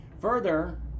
further